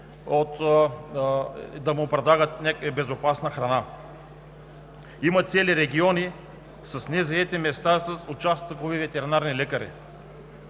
да им се предлага безопасна храна. Има цели региони с незаети места за участъкови ветеринарни лекари.